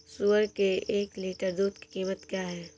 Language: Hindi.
सुअर के एक लीटर दूध की कीमत क्या है?